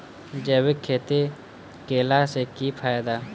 जैविक खेती केला सऽ की फायदा?